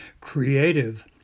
creative